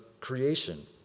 creation